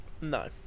No